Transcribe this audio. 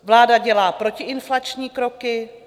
Vláda dělá protiinflační kroky.